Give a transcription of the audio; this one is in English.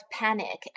panic